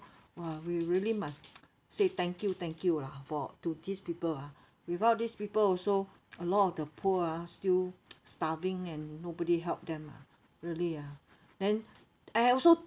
!wah! we really must say thank you thank you lah for to these people ah without these people also a lot of the poor ah still starving and nobody help them lah really ah then I also